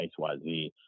xyz